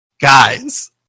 guys